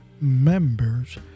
members